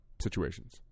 situations